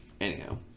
anyhow